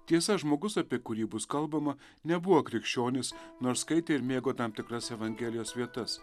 tiesa žmogus apie kurį bus kalbama nebuvo krikščionis nors skaitė ir mėgo tam tikras evangelijos vietas